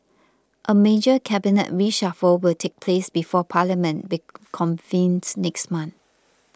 a major Cabinet reshuffle will take place before Parliament reconvenes next month